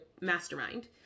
mastermind